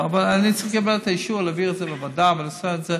אבל אני צריך לקבל את האישור להעביר את זה לוועדה ולסדר את זה.